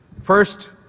First